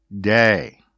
day